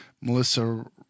Melissa